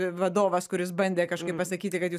vadovas kuris bandė kažkaip pasakyti kad jūs